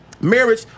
Marriage